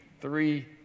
three